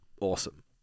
awesome